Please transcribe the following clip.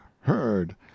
heard